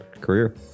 career